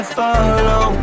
follow